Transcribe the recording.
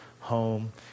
home